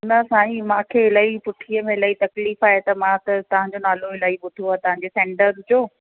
न साईं मांखे इलाही पुठीअ में इलाही तकलीफ़ आहे मां त तव्हांजो नालो इलाही ॿुधो आहे तव्हांजे सेंटर जो